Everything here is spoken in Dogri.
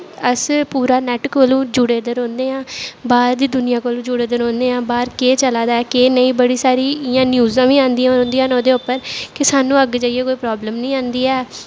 अस पूरा नैट कोलुूं जुड़े दे रौह्न्ने आं बाह्र दी दुनियां कोलूं जुड़े दे रौह्न्ने आं बाह्र केह् चला दा ऐ केह् नेईं बड़ी सारी इ'यां न्यूजां बी आंदियां रौंह्दियां न ओह्दे उप्पर कि सानूं अग्गें जाइयै कोई प्राब्लम निं आंदी ऐ